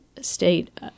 state